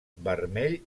vermell